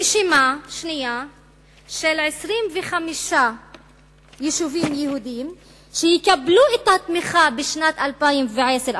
רשימה שנייה של 25 יישובים יהודיים שיקבלו את התמיכה ב-2010,